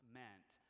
meant